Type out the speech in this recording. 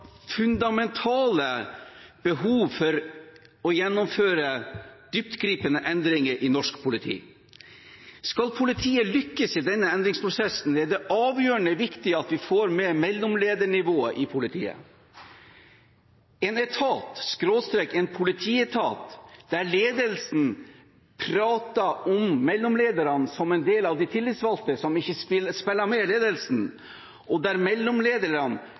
fundamentale behov for å gjennomføre dyptgripende endringer i norsk politi. Skal politiet lykkes i denne endringsprosessen, er det avgjørende viktig at vi får med mellomledernivået i politiet. Med en etat/politietat der ledelsen prater om mellomlederne som en del av de tillitsvalgte, som noen som ikke spiller med ledelsen, og der